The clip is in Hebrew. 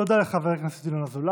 תודה לחבר הכנסת ינון אזולאי.